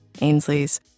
Ainsley's